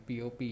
POP